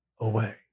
away